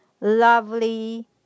lovely